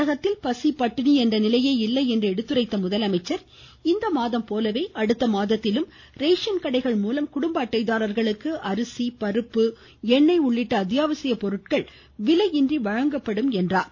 தமிழகத்தில் பசி பட்டிணி என்ற நிலையே இல்லை என்று எடுத்துரைத்த முதலமைச்சர் இம்மாதம் போலவே அடுத்த மாதத்திலும் ரேசன் கடைகள் மூலம் குடும்ப அட்டை தாரர்களுக்கு அரிசி பருப்பு எண்ணெய் உள்ளிட்ட அத்தியாவசிய பொருட்கள் விலையின்றி வழங்கப்படும் என்றார்